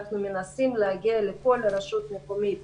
אנחנו מנסים להגיע לכל רשות מקומית